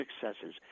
successes